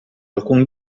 alcun